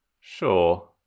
Sure